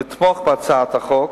לתמוך בהצעת החוק,